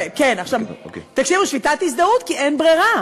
כן, שביתת הזדהות, כי אין ברירה.